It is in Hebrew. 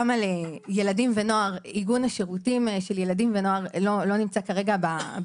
גם על עיגון השירותים של ילדים ונוער - לא נמצא בחוק.